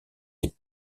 des